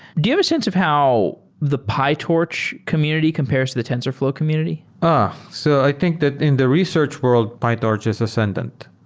do you have a sense of how the pytorch community compares to the tensorflow community? but so i think in the research world, pytorch is ascendant.